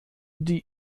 die